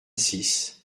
six